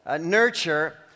nurture